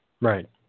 Right